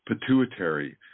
pituitary